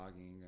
blogging